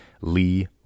Lee